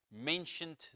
mentioned